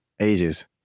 ages